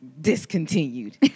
discontinued